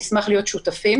נשמח להיות שותפים.